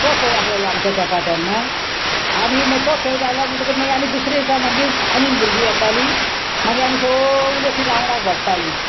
तो खेळ आसलेलो आमच्या तेंपार तेन्ना आनी मागीर तो खेळ जालो म्हणटकूत मागीर आमी दुसरी दिसा मागीर आनीक भुरगीं येतालीं मागीर आमी सोगलीं अशीं राउंडाक बसतालीं